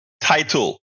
title